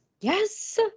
Yes